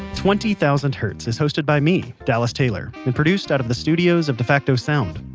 twenty thousand hertz is hosted by me, dallas taylor, and produced out of the studios of defacto sound,